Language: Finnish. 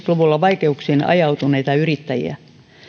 luvulla vaikeuksiin ajautuneita yrittäjiä